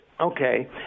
Okay